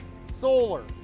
solar